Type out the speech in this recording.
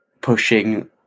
pushing